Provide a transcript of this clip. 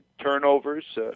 turnovers